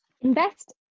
Invest